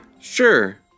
sure